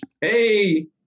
hey